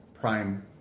prime